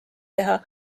teha